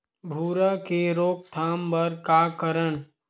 भूरा के रोकथाम बर का करन?